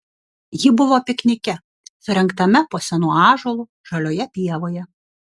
ji buvo piknike surengtame po senu ąžuolu žalioje pievoje